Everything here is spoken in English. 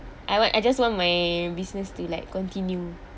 I want I just want my business to like continue